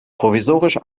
provisorisch